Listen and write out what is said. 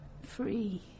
free